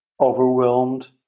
overwhelmed